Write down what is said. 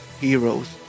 heroes